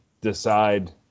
decide